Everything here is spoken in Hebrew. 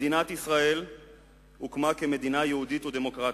מדינת ישראל הוקמה כמדינה יהודית ודמוקרטית,